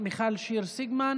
מי בפסיכודרמה,